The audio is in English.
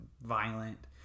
violent